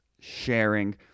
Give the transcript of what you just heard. sharing